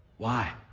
why?